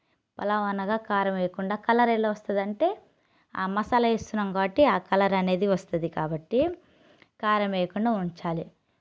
పలావ్ అనగా కారం వేయకుండా కలర్ ఎలా వస్తుంది అంటే ఆ మసాలా వేస్తున్నాం కాబట్టి ఆ కలర్ అనేది వస్తుంది కాబట్టి కారం వేయకుండా ఉంచాలి